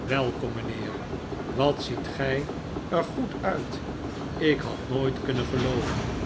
welkom mijnheer wat ziet gij er goed uit ik had nooit kunnen gelooven